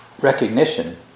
recognition